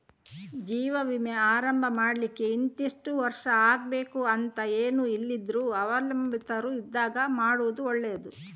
ಜೀವ ವಿಮೆ ಆರಂಭ ಮಾಡ್ಲಿಕ್ಕೆ ಇಂತಿಷ್ಟು ವರ್ಷ ಆಗ್ಬೇಕು ಅಂತ ಏನೂ ಇಲ್ದಿದ್ರೂ ಅವಲಂಬಿತರು ಇದ್ದಾಗ ಮಾಡುದು ಒಳ್ಳೆದು